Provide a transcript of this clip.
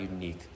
unique